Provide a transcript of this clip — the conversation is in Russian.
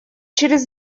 через